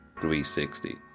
360